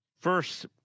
First